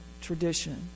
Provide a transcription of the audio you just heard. tradition